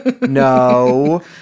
No